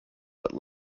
but